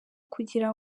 kugira